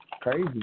crazy